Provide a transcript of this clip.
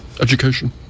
Education